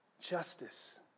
justice